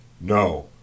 No